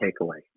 takeaway